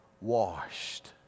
Washed